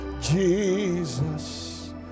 Jesus